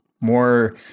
More